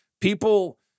People